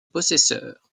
possesseur